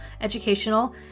educational